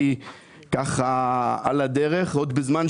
הרי בשביל זה קם המתקן הזה.